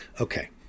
Okay